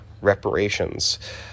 reparations